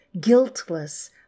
guiltless